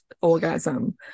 orgasm